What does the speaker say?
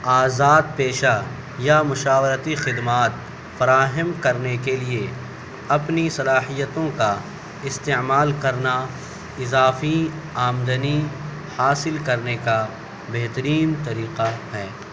آزاد پیشہ یا مشاورتی خدمات فراہم کرنے کے لیے اپنی صلاحیتوں کا استعمال کرنا اضافی آمدنی حاصل کرنے کا بہترین طریقہ ہے